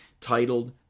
Titled